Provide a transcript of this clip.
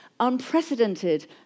unprecedented